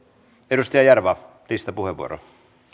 edustaja jarva listapuheenvuoro